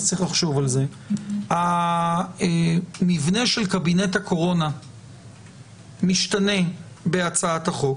צריך לחשוב על זה המבנה של קבינט הקורונה משתנה בהצעת החוק.